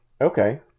okay